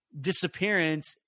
disappearance